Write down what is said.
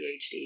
PhD